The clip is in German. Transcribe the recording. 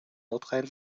nordrhein